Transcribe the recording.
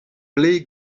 plej